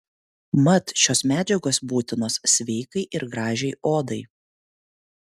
mat šios medžiagos būtinos sveikai ir gražiai odai